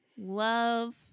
love